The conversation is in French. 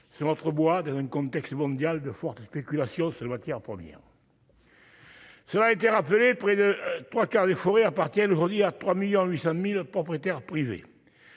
sur votre bois dans un contexte mondial de forte spéculation sur les matières premières. Si on a été rappelés près de 3 quarts des forêts appartiennent aujourd'hui à 3 1000000 800000 propriétaires privés,